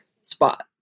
spot